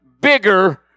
bigger